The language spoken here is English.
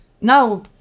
now